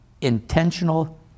intentional